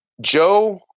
Joe